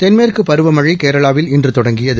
தென்மேற்கு பருவமழை கேரளாவில் இன்று தொடங்கியது